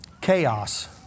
Chaos